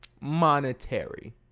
monetary